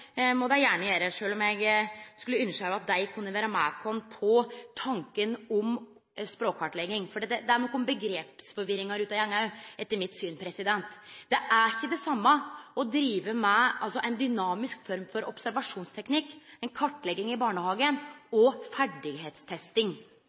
må dei gjerne gjere, sjølv om eg skulle ønskje at dei også kunne vere med på tanken om ei språkkartlegging, for det er noko forvirring ute og går her med omsyn til omgrep, etter mitt syn. Det er ikkje det same å drive med ei dynamisk form for observasjonsteknikk, ei kartlegging i barnehagen,